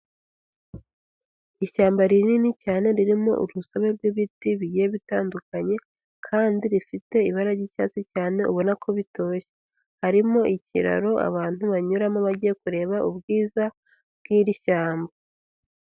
Ishyamba rinini cyane ririmo urusobe rw'ibiti bigiye bitandukanye, kandi rifite ibara ry'icyatsi cyane ubona ko bitoshye, harimo ikiraro abantu banyuramo bagiye kureba ubwiza bw'iri shyamba.